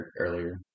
earlier